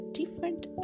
different